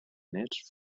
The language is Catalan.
néts